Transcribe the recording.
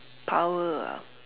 power ah